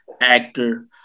actor